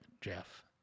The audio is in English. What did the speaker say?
Jeff